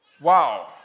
Wow